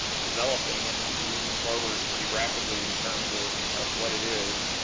developing and moving forward pretty rapidly in terms of of what it is.